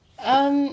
um